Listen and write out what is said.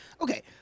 okay